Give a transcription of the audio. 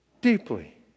Deeply